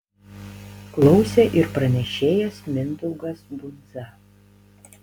klausė ir pranešėjas mindaugas bundza